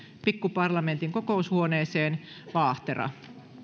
pikkuparlamentin kokoushuoneeseen vaahtera